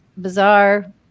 bizarre